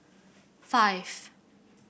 five